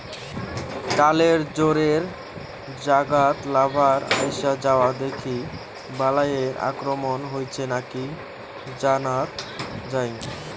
ডালের জোড়ের জাগাত লার্ভার আইসা যাওয়া দেখি বালাইয়ের আক্রমণ হইছে নাকি জানাত যাই